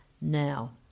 now